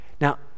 Now